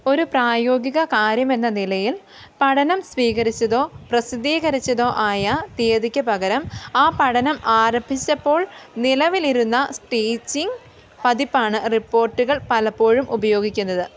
ഒരു പ്രായോഗിക കാര്യമെന്ന നിലയിൽ പഠനം സ്വീകരിച്ചതോ പ്രസിദ്ധീകരിച്ചതോ ആയ തീയതിക്ക് പകരം ആ പഠനം ആരംഭിച്ചപ്പോൾ നിലവിലിരുന്ന ടീച്ചിംഗ് പതിപ്പാണ് റിപ്പോർട്ടുകൾ പലപ്പോഴും ഉപയോഗിക്കുന്നത്